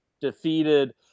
defeated